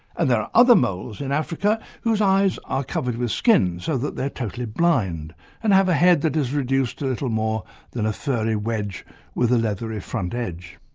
and there are other moles, in africa, whose eyes are covered with skin so that they're totally blind and have a head that is reduced to little more than a furry wedge with a leathery front edge.